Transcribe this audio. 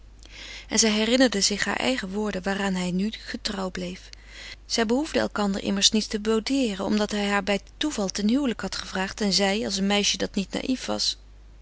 en zij herinnerde zich hare eigene woorden waaraan hij nu getrouw bleef zij behoefden elkander immers niet te boudeeren omdat hij haar bij toeval had ten huwelijk gevraagd en zij als een meisje dat niet naïef was